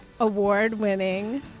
award-winning